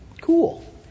Cool